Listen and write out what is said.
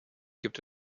gibt